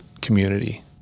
community